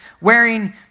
wearing